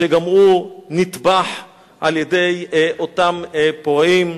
שגם הוא נטבח על-ידי אותם פורעים,